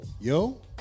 Yo